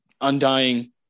undying